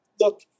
Look